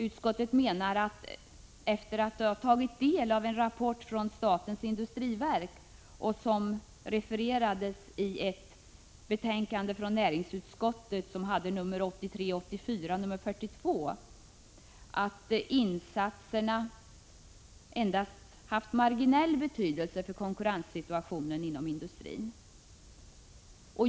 Efter att ha tagit del av en rapport från statens industriverk, som refererades i näringsutskottets betänkande 1983/84:42, menar utskottet att insatserna endast har haft marginell betydelse för konkurrenssituationen inom industrin.